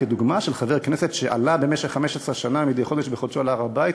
כדוגמה של חבר כנסת שעלה במשך 15 שנה מדי חודש בחודשו להר-הבית,